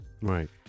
right